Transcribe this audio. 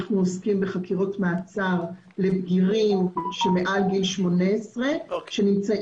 אנחנו עוסקים בחקירות מעצר לבגירים שמעל גיל 18 שנמצאים